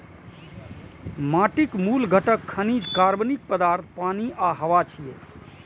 माटिक मूल घटक खनिज, कार्बनिक पदार्थ, पानि आ हवा छियै